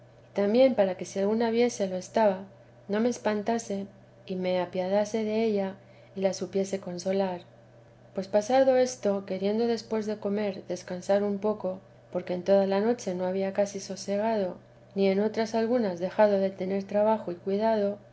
también para que si alguna viese lo estaba no me espantase y me apiadase della y la supiese consolar pues pasado esto queriendo después de comer descansar un poco porque en toda la noche no había casi sosegado ni en otras algunas dejado de tener trabajo y cuidado